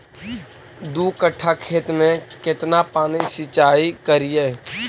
दू कट्ठा खेत में केतना पानी सीचाई करिए?